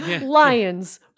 Lions